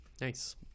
Nice